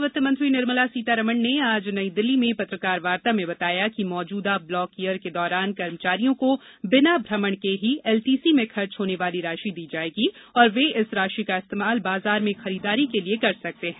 केन्द्रीय वित्त मंत्री निर्मला सीतारमण ने आज नई दिल्ली में पत्रकार वार्ता में बताया कि मौजूदा ब्लाक ईयर के दौरान कर्मचारियों को बिना भ्रमण के ही एलटीसी में खर्च होने वाली राशि दी जाएगी और वे इस राशि का इस्तेमाल बाजार में खरीदारी के लिये कर सकते हैं